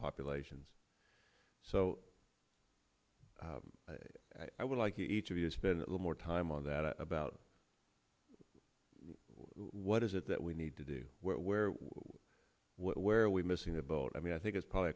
populations so i would like each of you has been a little more time on that about what is it that we need to do where where where are we missing the boat i mean i think it's probably